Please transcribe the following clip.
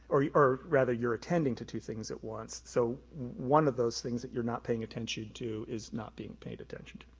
or or rather you're attending to two things at once, so one of those things that you're not paying attention to is not being paid attention to.